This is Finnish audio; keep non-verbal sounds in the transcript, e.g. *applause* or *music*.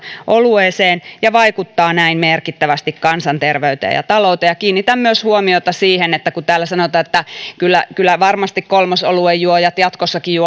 olueen ja vaikuttaa näin merkittävästi kansanterveyteen ja ja talouteen kiinnitän huomiota myös siihen että kun täällä sanotaan että kyllä kyllä varmasti kolmosoluen juojat jatkossakin *unintelligible*